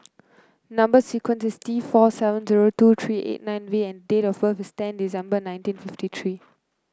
number sequence is T four seven zero two three eight nine V and date of birth is ten December nineteen fifty three